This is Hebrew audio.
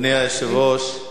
אדוני היושב-ראש,